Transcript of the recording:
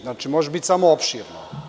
Znači, može biti samo opširno.